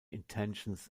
intentions